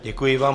Děkuji vám.